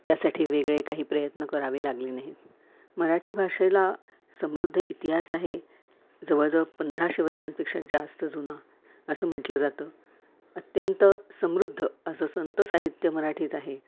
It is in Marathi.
त्यासाठी वेगळे काही प्रयत्न करावे लागले नाहीत मराठी भाषेला समृद्ध इतिहास आहे जवळजवळ पंधराशे वर्षांपेक्षा जास्त जुना असं म्हटलं जातं अत्यंत समृद्ध असं संतसाहित्य मराठीत आहे